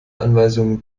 anweisungen